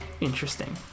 Interesting